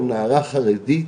או נערה חרדית,